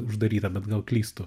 uždaryta bet gal klystu